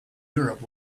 europe